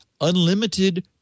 unlimited